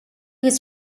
was